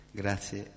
grazie